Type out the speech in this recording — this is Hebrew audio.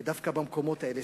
ודווקא במקומות האלה,